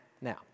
Now